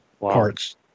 parts